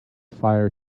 fire